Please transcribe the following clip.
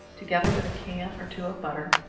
together with a can or two of butter,